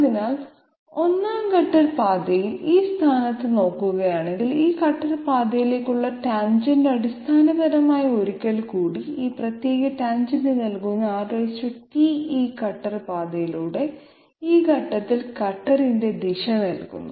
അതിനാൽ ഒന്നാം കട്ടർ പാതയിൽ ഈ സ്ഥാനത്ത് നോക്കുകയാണെങ്കിൽ ഈ കട്ടർ പാതയിലേക്കുള്ള ടാൻജെന്റ് അടിസ്ഥാനപരമായി ഒരിക്കൽ കൂടി ഈ പ്രത്യേക ടാൻജെന്റ് നൽകുന്ന Rt ഈ കട്ടർ പാതയിലൂടെ ഈ ഘട്ടത്തിൽ കട്ടറിന്റെ ദിശ നൽകുന്നു